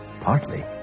partly